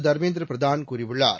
தர்மேந்திர பிரதான் கூறியுள்ளார்